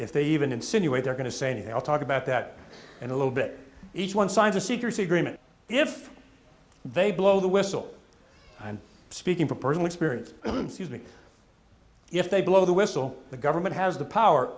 if they even insinuate they're going to say anything i'll talk about that and a little bit each one signs of secrecy agreement if they blow the whistle and speaking from personal experience if they blow the whistle the government has the power